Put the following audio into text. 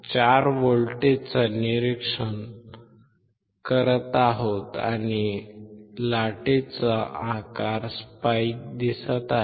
4 व्होल्टचे निरीक्षण करत आहोत आणि लाटेचा आकार स्पाइक आहे